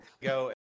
go